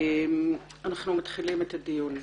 נתחיל בדיון,